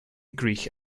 gcrích